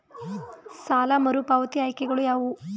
ಸಾಲ ಮರುಪಾವತಿ ಆಯ್ಕೆಗಳು ಯಾವುವು?